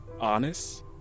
Honest